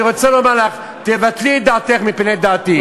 אני רוצה לומר לך: תבטלי את דעתך מפני דעתי.